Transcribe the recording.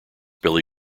billy